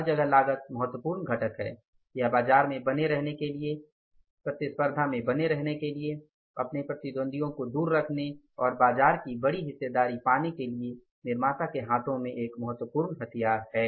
हर जगह लागत महत्वपूर्ण घटक है यह बाजार में बने रहने के लिए प्रतिस्पर्धा में बने रहने के लिए अपने प्रतिद्वंद्वियों को दूर रखने और बाजार की बड़े हिस्सेदारी पाने के लिए निर्माता के हाथों में एक महत्वपूर्ण हथियार है